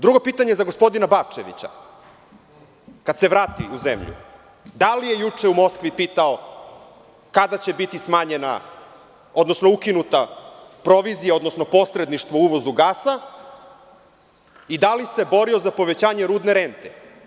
Drugo pitanje je za gospodina Bačevića, kad se vrati u zemlju – da li je juče u Moskvi pitao kada će biti smanjena, odnosno ukinuta provizija, odnosno posredništvo u uvozu gasa, i da li se borio za povećanje rudne rente?